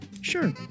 Sure